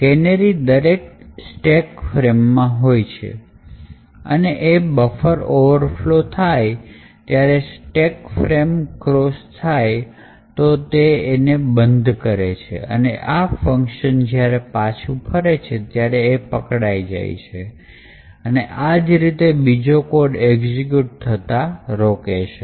canary દરેક stack ફ્રેમમાં હોય છે અને એ બફર ઓવરફલો થાય અને સ્ટેક ફ્રેમ ક્રોસ થાય તો એ બંધ કરે છે અને આ ફંકશન જ્યારે પાછો ફરે ત્યારે પકડાઈ જાય છે અને આ રીતે બીજો code એક્ઝિક્યુટ થતા રોકે છે